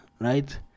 Right